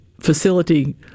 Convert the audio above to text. facility